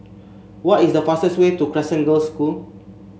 what is the fastest way to Crescent Girls' School